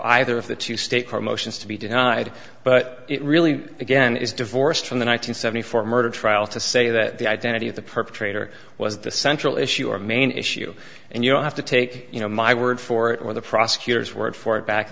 either of the two state promotions to be denied but it really again is divorced from the one nine hundred seventy four murder trial to say that the identity of the perpetrator was the central issue or main issue and you have to take you know my word for it or the prosecutor's word for it back